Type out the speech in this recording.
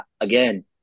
again